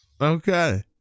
Okay